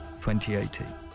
2018